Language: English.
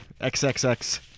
XXX